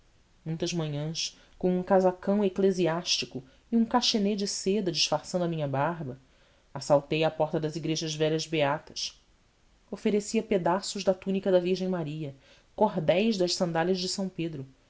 muitas manhãs com um casacão eclesiástico e um cachenê de seda disfarçando a minha barba assaltei à porta das igrejas velhas beatas oferecia pedaços da túnica da virgem maria cordéis das sandálias de são pedro